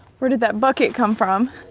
where did that bucket come from?